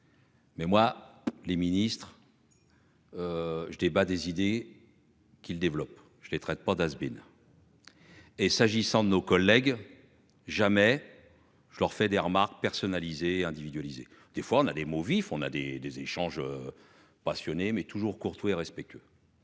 Mais moi les ministres. Je débat des idées. Qu'il développe je les traite pas d'has been. Et s'agissant de nos collègues. Jamais. Je leur fais des remarques personnalisés, individualisés. Des fois on a des mots vifs. On a des des échanges. Passionnés mais toujours courtois et respectueux.